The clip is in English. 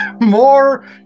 more